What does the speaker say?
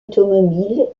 automobile